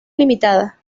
limitada